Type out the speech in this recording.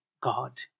God